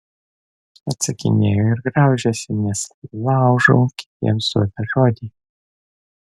atsakinėju ir graužiuosi nes laužau kitiems duotą žodį